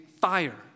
fire